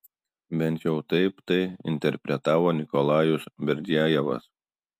bent jau taip tai interpretavo nikolajus berdiajevas